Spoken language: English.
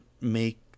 make